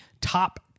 top